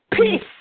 Peace